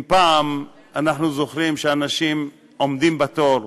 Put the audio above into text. אם פעם, אנחנו זוכרים שאנשים היו עומדים בתור,